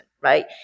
right